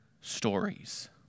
stories